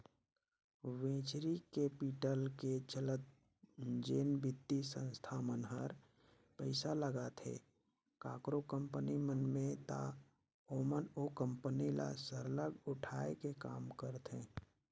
venture capital के चलत जेन बित्तीय संस्था मन हर पइसा लगाथे काकरो कंपनी मन में ता ओमन ओ कंपनी ल सरलग उठाए के काम करथे